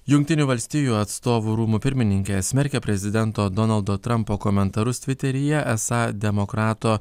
jungtinių valstijų atstovų rūmų pirmininkė smerkia prezidento donaldo trampo komentarus tviteryje esą demokrato